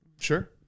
Sure